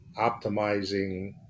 optimizing